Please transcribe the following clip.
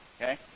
Okay